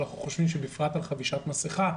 בפרט לגבי עטיית מסכה,